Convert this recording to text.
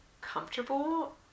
comfortable